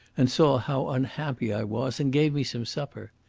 and saw how unhappy i was, and gave me some supper.